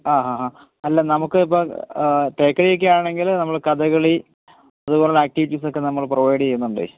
ആ ആ ആ അല്ല നമുക്ക് ഇപ്പോള് പാക്കേജൊക്കെ ആണങ്കില് നമ്മള് കഥകളി അതുപോലുള്ള ആക്ടിവിറ്റീസൊക്കെ നമ്മൾ പ്രൊവൈഡ്യ്യുന്നുണ്ടേ